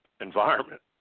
environment